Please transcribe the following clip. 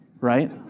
right